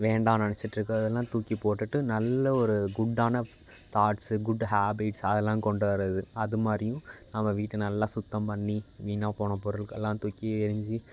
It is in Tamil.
வேண்டாம்ன்னு நெனைச்சிட்டுருக்குறதெல்லாம் தூக்கிப் போட்டுட்டு நல்ல ஒரு குட்டான தாட்ஸு குட் ஹேபிட்ஸ் அதெல்லாம் கொண்டு வர்றது அது மாதிரியும் நம்ம வீட்டை நல்லா சுத்தம் பண்ணி வீணாகிப் போன பொருட்கள்லாம் தூக்கி எறிஞ்சி